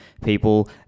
people